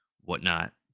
whatnot